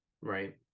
right